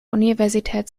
universität